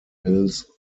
hills